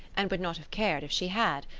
and would not have cared if she had.